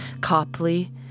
Copley